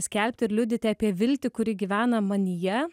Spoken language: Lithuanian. skelbti ir liudyti apie viltį kuri gyvena manyje